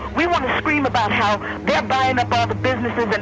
we want to scream about how they're buying up all the businesses,